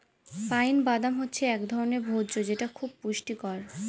pine বাদাম হচ্ছে এক ধরনের ভোজ্য যেটা খুব পুষ্টিকর